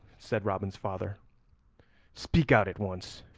said robin's father speak out at once.